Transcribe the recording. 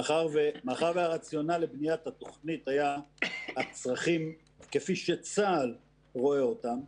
מאחר והרציונל לבניית התוכנית היה הצרכים כפי שצה"ל רואה אותם,